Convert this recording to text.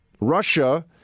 Russia